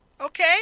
Okay